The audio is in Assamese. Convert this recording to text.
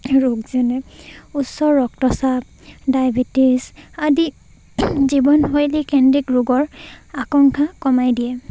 ৰোগ যেনে উচ্চ ৰক্তচাপ ডায়বেটিছ আদি জীৱনশৈলী কেন্দ্ৰিক ৰোগৰ আকাংক্ষা কমাই দিয়ে